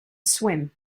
swim